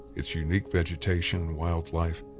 its unique vegetation, wildlife,